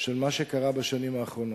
של מה שקרה בשנים האחרונות.